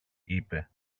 είπε